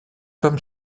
comme